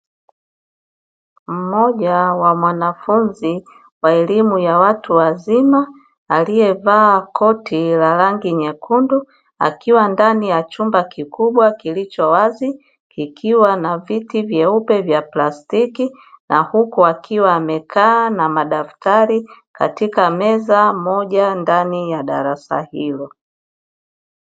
Mmoja wa mwanafunzi wa elimu ya watu wazima aliyevaa koti la rangi nyekundu akiwa ndani ya chumba kikubwa kilicho wazi kikiwa na viti vyeupe vya plastiki na huku akiwa amekaa na madaftari katika meza moja ndani ya darasa hilo.